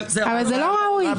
זה לא ראוי.